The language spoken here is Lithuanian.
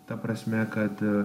ta prasme kad